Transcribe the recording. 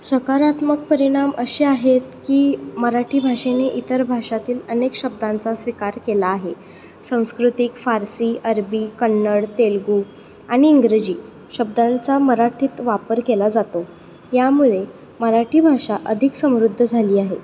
सकारात्मक परिणाम असे आहेत की मराठी भाषेने इतर भाषातील अनेक शब्दांचा स्वीकार केला आहे संस्कृत फारसी अरबी कन्नड तेलगू आणि इंग्रजी शब्दांचा मराठीत वापर केला जातो यामुळे मराठी भाषा अधिक समृद्ध झाली आहे